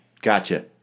Gotcha